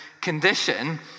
condition